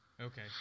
Okay